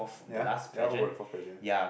ya ya what about the fourth question